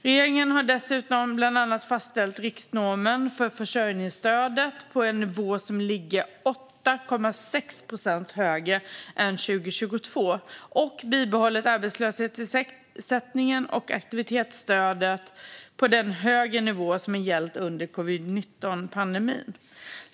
Regeringen har dessutom bland annat fastställt riksnormen för försörjningsstödet på en nivå som ligger 8,6 procent högre än 2022 och bibehållit arbetslöshetsersättningen och aktivitetsstödet på den högre nivå som har gällt under covid-19-pandemin.